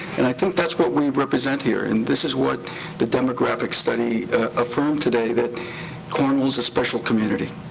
and i think that's what we represent here, and this is what the demographic study affirmed today, that cornwall's a special community.